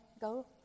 go